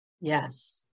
Yes